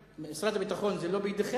זה לא פייר מה שאתה אומר.